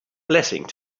blessing